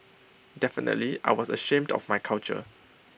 definitely I was ashamed of my culture